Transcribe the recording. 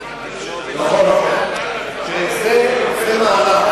זה מהלך,